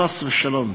חס ושלום,